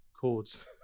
chords